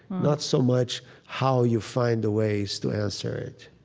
not so much how you find the ways to answer it